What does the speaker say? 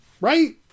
right